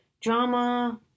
drama